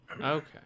Okay